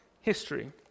history